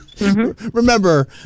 Remember